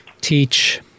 teach